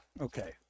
okay